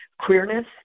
queerness